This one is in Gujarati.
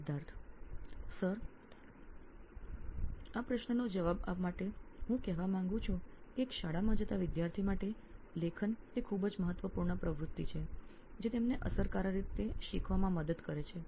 સિદ્ધાર્થ માતુરી સીઇઓ નોઇન ઇલેક્ટ્રોનિક્સ સાહેબ આ પ્રશ્નનો ઉત્તર આપવા માટે હું હેવા માંગુ છું કે શાળામાં જતા વિદ્યાર્થી માટે લેખન સૌથી મહત્વપૂર્ણ પ્રવૃત્તિ જે તેમને કુશળતાપૂર્વક શીખવામાં સહાય કરે છે